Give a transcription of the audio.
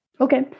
Okay